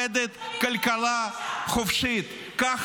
ככה עובדת כלכלה חופשית.